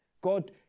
God